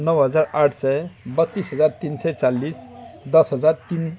नौ हजार आठ सय बत्तिस हजार तिन सय चालिस दस हजार तिन